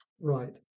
Right